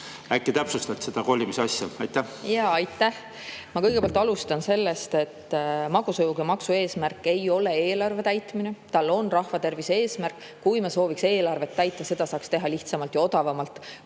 äkki täpsustad seda kolimise asja? Jaa, aitäh! Ma kõigepealt alustan sellest, et magusa joogi maksu eesmärk ei ole eelarve täitmine. Sellel on rahvatervise eesmärk. Kui me sooviks ainult eelarvet täita, siis seda saaks teha lihtsamalt ja odavamalt,